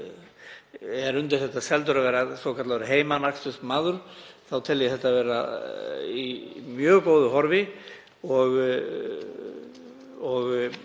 er undir það seldur að vera svokallaður heimanakstursmaður þá tel ég þetta vera í mjög góðu horfi og